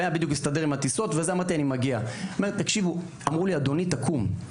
אמרו לי, אדוני תקום.